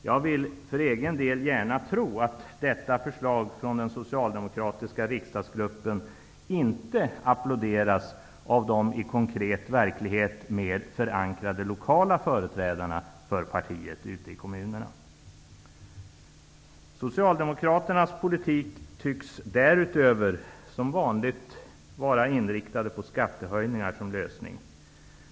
Jag vill för egen del gärna tro att detta förslag från den socialdemokratiska riksdagsgruppen inte applåderas av de i konkret verklighet mer förankrade lokala företrädarna för partiet ute i kommunerna. Socialdemokraternas politik tycks därutöver som vanligt vara inriktad på skattehöjningar som lösning.